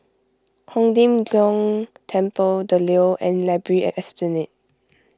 Hong Lim Jiong Temple the Leo and Library at Esplanade